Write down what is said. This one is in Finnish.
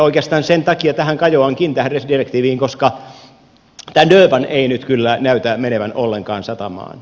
oikeastaan sen takia tähän kajoankin tähän res direktiiviin koska tämä durban ei nyt kyllä näytä menevän ollenkaan satamaan